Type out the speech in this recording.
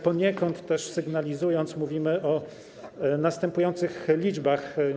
Poniekąd też sygnalizując, mówimy o następujących liczbach.